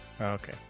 Okay